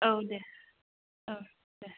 औ दे औ दे